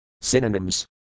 Synonyms